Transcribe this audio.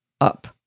up